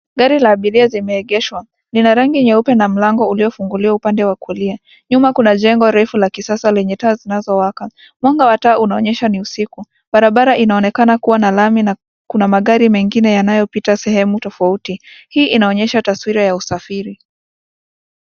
Gari la abiria limeegeshwa. Lina rangi nyeupe na mlango uliofunguliwa upande wa kulia, nyuma kuja jengo refu la kisasa lenye taa zinazowaka. Mwanga wa taa unaonyesha ni usiku. Barabara inaonekana kuwa na lami na kuna magari mengine yanayopita sehemu tofauti. Hii inaonyesha taswira ya usafiri.